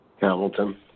Hamilton